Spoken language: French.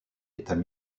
états